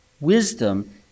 Wisdom